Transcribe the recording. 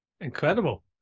Incredible